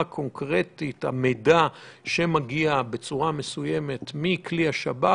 קונקרטית שמגיעה בצורה מסוימת מכלי השב"כ,